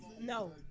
No